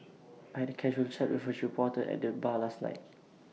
I had A casual chat with A reporter at the bar last night